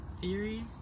theory